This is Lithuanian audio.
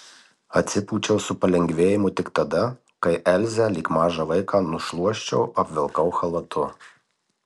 atsipūčiau su palengvėjimu tik tada kai elzę lyg mažą vaiką nušluosčiau apvilkau chalatu